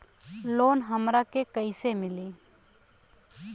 Loan हमरा के कईसे मिली?